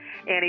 Annie